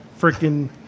freaking